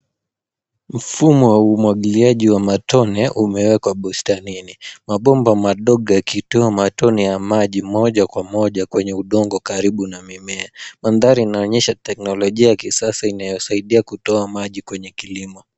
Mfumo wa umwagiliaji wa matone umewekwa bustanini. Mabomba madogo yakitoa matone ya maji moja kwa moja kwenye udongo karibu na mimea. Mandhari inaonyesha teknolojia ya kisasa inayosaidia kutoa maji kwenye kilimo.